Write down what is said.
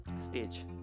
stage